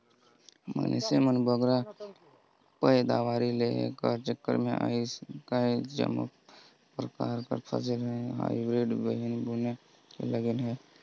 मइनसे मन बगरा पएदावारी लेहे कर चक्कर में आएज काएल जम्मो परकार कर फसिल लेहे में हाईब्रिड बीहन बुने में लगिन अहें